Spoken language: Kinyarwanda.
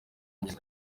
nyina